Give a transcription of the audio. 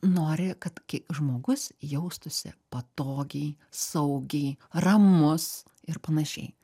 nori kad ki žmogus jaustųsi patogiai saugiai ramus ir panašiai